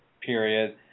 period